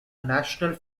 national